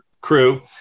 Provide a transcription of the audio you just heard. crew